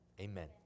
amen